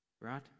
right